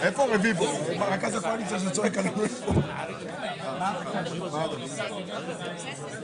וגם על מעון ראש הממשלה עשיתם